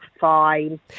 fine